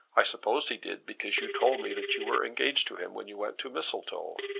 i suppose he did because you told me that you were engaged to him when you went to mistletoe.